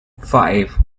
five